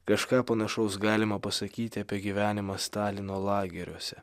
kažką panašaus galima pasakyti apie gyvenimą stalino lageriuose